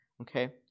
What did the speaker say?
Okay